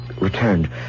returned